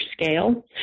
scale